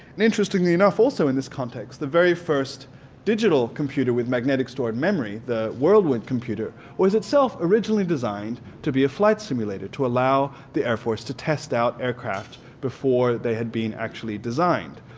and interestingly enough also in this context the very first digital computer with magnetic stored memory, the world wind computer, was itself originally designed to be a flight simulator to allow the air force to test out aircraft before they had been actually designed.